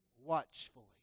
watchfully